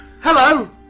Hello